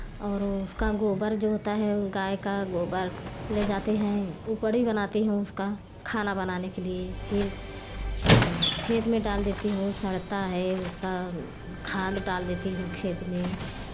और उसका गोबर जो होता है गाय का गोबर ले जाते हैं ऊपर ही बनाते हैं उसका खाना बनाने के लिए फिर खेत में डाल देती हूँ सड़ता है उसका खाद डाल देती हूँ खेत में